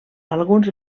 alguns